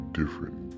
different